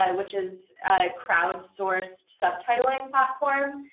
um which is a crowdsourced subtitling platform,